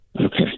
Okay